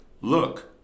Look